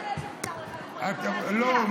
לא.